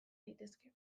daitezke